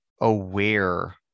aware